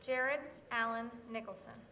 jared allen nicholson